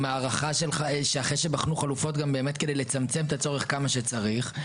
עם הערכה אחרי שבחנו חלופות כדי לצמצם את הצורך ככל שצריך,